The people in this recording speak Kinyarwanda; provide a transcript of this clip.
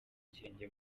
ikirenge